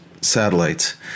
satellites